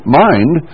mind